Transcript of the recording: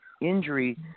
injury